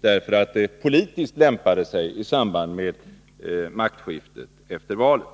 därför att det politiskt lämpade sig i samband med maktskiftet efter valet.